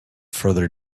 further